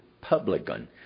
publican